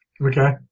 Okay